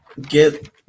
get